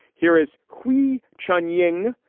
here is hwi chun-ying,